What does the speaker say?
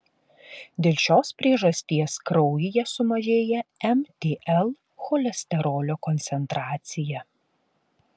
dėl šios priežasties kraujyje sumažėja mtl cholesterolio koncentracija